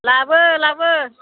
लाबो लाबो